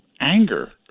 anger